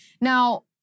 Now